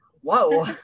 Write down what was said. Whoa